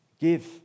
give